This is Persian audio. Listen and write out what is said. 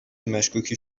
مشکوکی